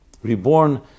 Reborn